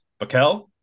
Bakel